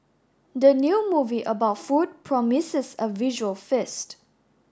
the new movie about food promises a visual feast